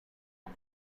has